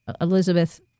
Elizabeth